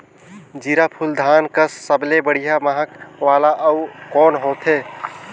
जीराफुल धान कस सबले बढ़िया महक वाला अउ कोन होथै?